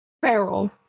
Feral